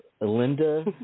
Linda